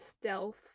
Stealth